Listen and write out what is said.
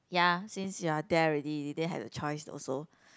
ya since you are there already you didn't have the choice also